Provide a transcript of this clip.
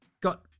got